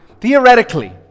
Theoretically